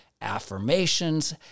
affirmations